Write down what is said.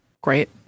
Great